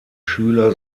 schüler